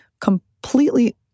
completely